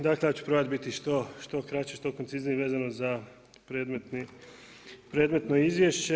Dakle ja ću probati što kraći, što koncizniji vezano za predmetno izvješće.